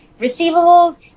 receivables